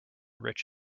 rich